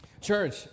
Church